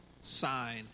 sign